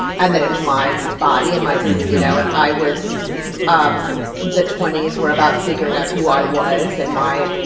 and that it was my body and my you know, and i was um the twenty s were about figuring out who i was and my